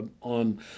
on